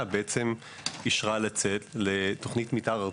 בעצם אישרה לצאת לתוכנית מתאר ארצית,